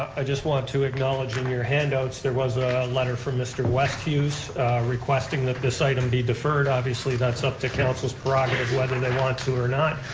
i just wanted to acknowledge in your handouts there was a letter from mr. westhues requesting that this item be deferred. obviously, that's up to council's prerogative whether they want to or not,